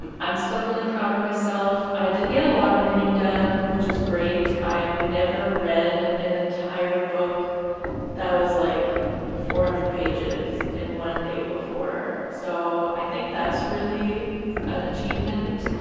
um i'm still really proud of myself, i did get a lot of reading done which is great, i've never read an entire book that was like four hundred pages in one day before so i think that's really an achievement,